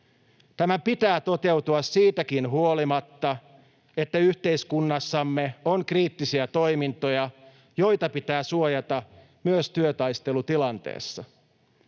Tämän pitää toteutua siitäkin huolimatta, että yhteiskunnassamme on kriittisiä toimintoja, joita pitää suojata myös työtaistelutilanteessa.